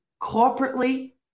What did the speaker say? corporately